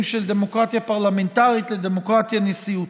של דמוקרטיה פרלמנטרית לדמוקרטיה נשיאותית.